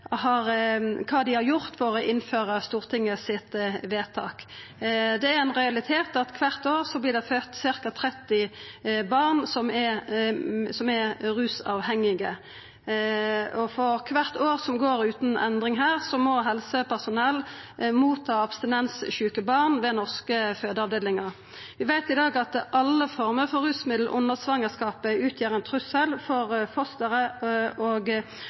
har gjort for å innføra Stortinget sitt vedtak. Det er ein realitet at kvart år vert det fødd ca. 30 barn som er rusavhengige. Og for kvart år som går utan ei endring her, må helsepersonell ta imot abstinenssjuke barn ved norske fødeavdelingar. Vi veit i dag at alle former for rusmiddel under svangerskapet utgjer ein trussel mot fosteret og